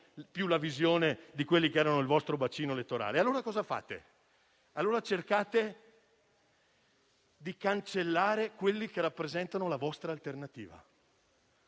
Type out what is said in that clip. più la visione di quello che era il vostro bacino elettorale. Che cosa fate allora? Cercate di cancellare quelli che rappresentano la vostra alternativa;